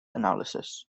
analysis